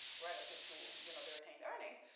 relative to you know the retained earnings.